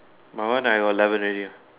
my one have eleven layer